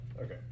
Okay